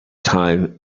time